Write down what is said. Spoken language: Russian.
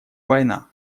война